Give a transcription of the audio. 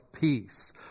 peace